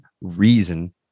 reason